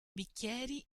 bicchieri